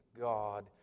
God